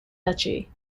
duchy